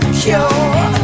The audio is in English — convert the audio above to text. cure